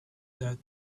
that